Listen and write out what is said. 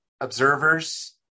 observers